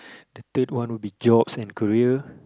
the third one would be jobs and career